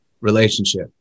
relationship